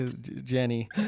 Jenny